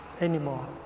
anymore